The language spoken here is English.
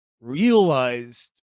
realized